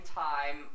time